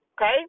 Okay